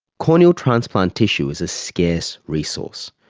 corneal transplant tissue is a scarce resource.